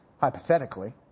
hypothetically